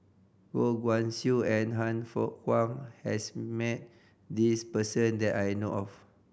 Goh Guan Siew and Han Fook Kwang has met this person that I know of